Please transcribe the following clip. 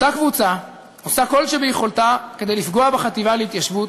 אותה קבוצה עושה כל שביכולתה כדי לפגוע בחטיבה להתיישבות,